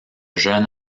jeune